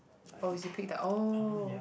oh is you picked oh